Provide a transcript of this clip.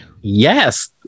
yes